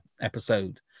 episode